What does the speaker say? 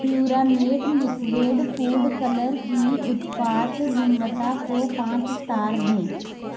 प्युरामेट liquid food colour की उत्पाद गुणवत्ता को पाँच स्टार दें